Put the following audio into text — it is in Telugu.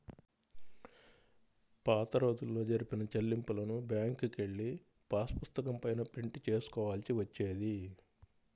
పాతరోజుల్లో జరిపిన చెల్లింపులను బ్యేంకుకెళ్ళి పాసుపుస్తకం పైన ప్రింట్ చేసుకోవాల్సి వచ్చేది